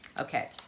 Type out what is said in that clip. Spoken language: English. okay